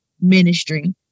ministry